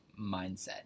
mindset